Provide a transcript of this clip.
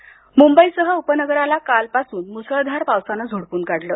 पाऊस मुंबईसह उपनगराला कालपासून मुसळधार पावसानं झोडपून काढलं